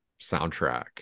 soundtrack